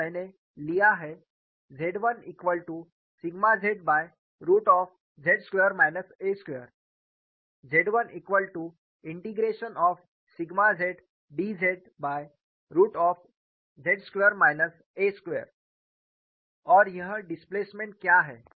तो मैंने लिया है Z1z Z1zdz और यह डिस्प्लेसमेंट क्या है